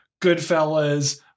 Goodfellas